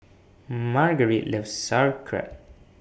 Margarite loves Sauerkraut